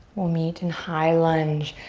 we'll meet in high lunge.